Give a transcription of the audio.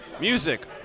Music